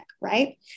right